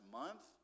month